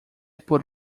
por